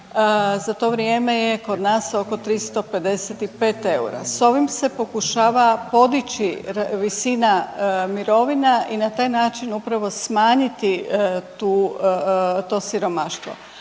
za to vrijeme je kod nas oko 355 eura. S ovim se pokušava poći visina mirovina i na taj način upravo smanjiti tu, to siromaštvo.